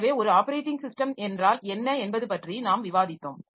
எனவே ஒரு operating system என்றால் என்ன என்பது பற்றி நாம் விவாதித்தோம்